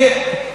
כן,